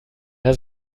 der